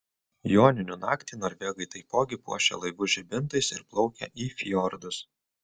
joninių naktį norvegai taipogi puošia laivus žibintais ir plaukia į fjordus